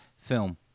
Film